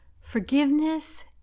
Forgiveness